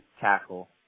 tackle